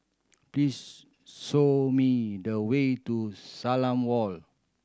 please show me the way to Salam Walk